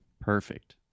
Perfect